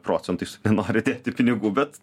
procentais ir nori dėti pinigų bet